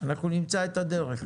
אנחנו נמצא את הדרך